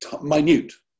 minute